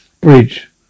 Bridge